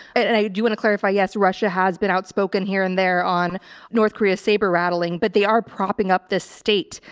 and i do want to clarify, yes, russia has been outspoken here and there on north korea saber rattling, but they are propping up this state.